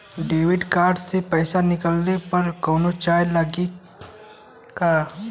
Debit card से पैसा निकलले पर कौनो चार्ज लागि का?